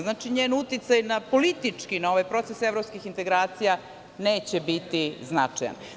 Znači, njen uticaj politički na ove procese evropskih integracija neće biti značajan.